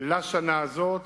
לשנה הזאת